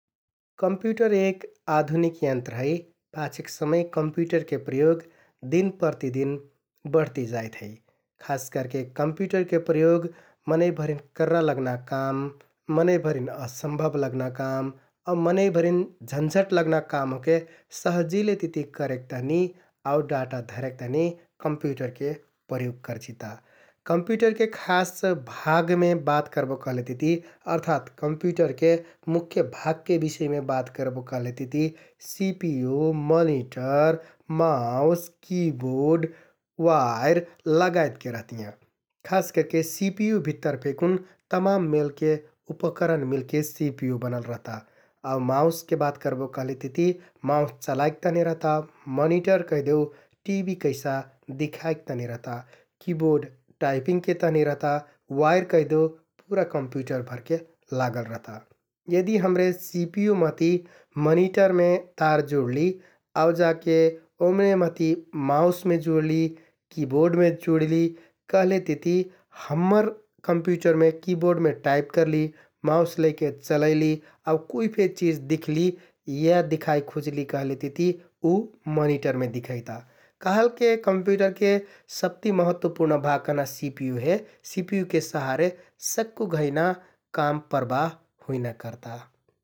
कम्प्युटर एक आधुनिक यन्त्र है । पाछेक समय कम्प्युटरके प्रयोग दिन प्रतिदिन बढ्ति जाइत है । खास करके कम्प्युटरके प्रयोग मनैंभरिन कररा लगना काम, मनैंभरिन असम्भब लगना काम आउ मनैंभरिन झन्झट लगना काम ओहके कहजिले तिति करेक तहनि आउ डाटा धरेक तहनि कम्प्युटरके प्रयोग करजिता । कम्प्युटरके खास भागमे बात करबो कहलेतिति अर्थात कम्प्युटरके मुख्य भागके बिषयमे बात करबो कहलेतिति CPU, monitor, mouse, keyboard, wire लगायतके रहतियाँ । खास करके सिपियु भित्तर फेकुन तमाम मेलके उपकरण मिलके सिपियु बनल रहता आउ माउसके बात करबो कहलेतिति माउस चलाइक तहनि रहता, मनिटर कैहदेउ टिभि कैसा दिखाइक तहनि रहता । किबोर्ड टाइपिङ्गके तहनि रहता, वाइर कहिदेउ पुरा कम्प्युटर भरके लागल रहता । यदि हमरे सिपियु महति मनिटरमे तार जुडलि आउ जाके ओम्‍ने महति माउसमे जुडलि, किबोर्डमे जुडलि कहलेतिति हम्मर कम्प्युटरमे किबोर्डमे टाइप करलि, माउस लैके चलैलि आउ कुइ फे चिज दिख्लि या दिखाइ खुज्लि कहलेतिति उ मनिटरमे दिखैता । कहलके कम्प्युटरके सबति महत्वपुर्ण भाग कहना सिपियु हे । सिपियुके सहारे सक्कु घैंना काम प्रबाह हुइना करता ।